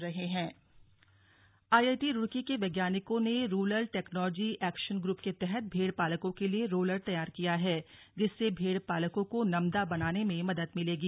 IIT Roorkee IIT Roorkee के वैज्ञानिकों ने रूरल टेक्नोलॉजी एक्शन ग्रुप के तहत भेड़ पालकों के लिए रोलर तैयार किया है जिससे भेड पालकों के नमदा बनाने में मदद मिलेगी